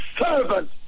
servant